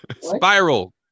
Spiral